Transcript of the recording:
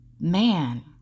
man